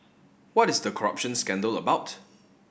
what is the corruption scandal about